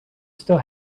still